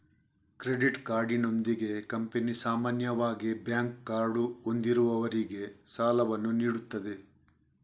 credit ಕಾರ್ಡಿನೊಂದಿಗೆ company ಸಾಮಾನ್ಯವಾಗಿ bank card ಹೊಂದಿರುವವರಿಗೆ ಸಾಲವನ್ನು ನೀಡುತ್ತದೆ